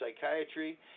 psychiatry